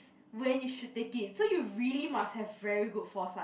when you should take it so you really must have very good foresight